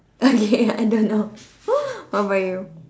okay I don't know what about you